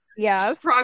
Yes